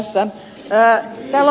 sasi tässä